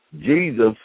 Jesus